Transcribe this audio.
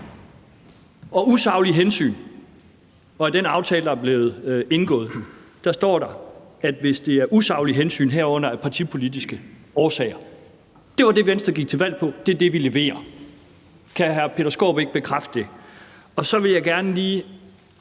Det var citatet. I den aftale, der er blevet indgået, står det med de usaglige hensyn, herunder partipolitiske årsager. Det var det, Venstre gik til valg på, og det er det, vi leverer. Kan hr. Peter Skaarup ikke bekræfte det? Så vil jeg gerne lige